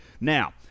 Now